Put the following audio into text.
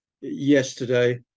yesterday